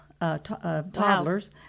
toddlers